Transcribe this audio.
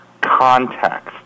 context